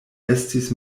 estis